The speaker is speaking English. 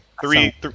Three